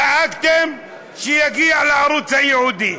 דאגתם שיגיע לערוץ הייעודי,